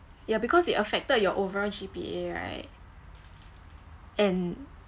yeah because it affected your overall G_P_A right and